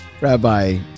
Rabbi